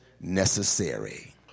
necessary